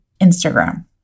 Instagram